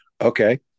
Okay